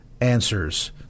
answers